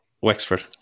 Wexford